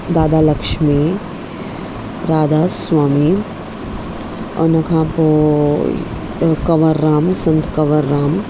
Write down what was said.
दादा लक्ष्मी राधा स्वामी उन खां पोइ कंवर राम संत कंवर राम